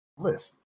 List